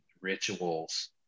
rituals